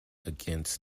against